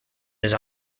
his